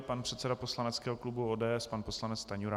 Pan předseda poslaneckého klubu ODS, pan poslanec Stanjura.